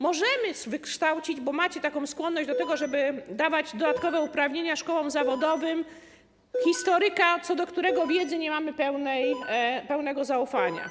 Możemy wykształcić - bo macie taką skłonność do tego, żeby dawać dodatkowe uprawnienia szkołom zawodowym - historyka, co do którego wiedzy nie mamy pełnego zaufania.